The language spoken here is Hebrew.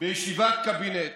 בישיבת קבינט